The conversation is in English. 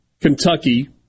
Kentucky